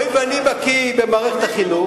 והואיל ואני בקי במערכת החינוך,